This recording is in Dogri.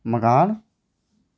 मकान